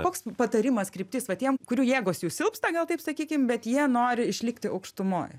koks patarimas kryptis va tiem kurių jėgos jau silpsta gal taip sakykim bet jie nori išlikti aukštumoj